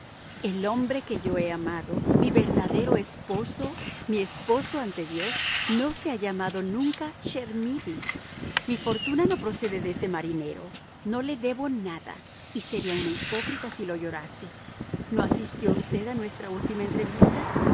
el hombre que yo he amado mi verdadero esposo mi esposo ante dios no se ha llamado nunca chermidy mi fortuna no procede de ese marinero no le debo nada y sería una hipócrita si lo llorase no asistió usted a nuestra última entrevista